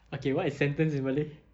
okay what is sentence in malay